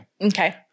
Okay